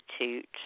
Institute